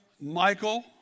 Michael